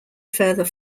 further